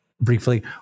briefly